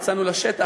יצאנו לשטח,